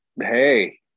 hey